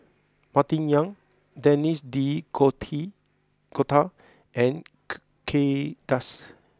Martin Yan Denis D' coty Cotta and Kay Das